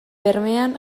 bermean